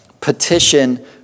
petition